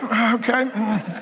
okay